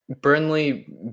burnley